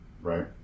right